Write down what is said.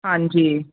ਹਾਂਜੀ